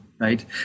Right